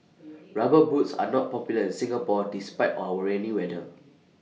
rubber boots are not popular in Singapore despite our rainy weather